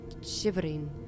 shivering